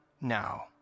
now